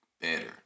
better